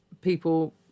people